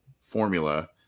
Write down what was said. formula